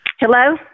Hello